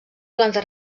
planta